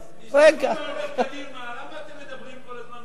למה אתם מדברים כל הזמן,